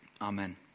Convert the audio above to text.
Amen